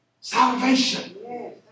salvation